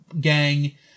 gang